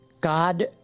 God